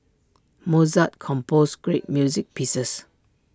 Mozart composed great music pieces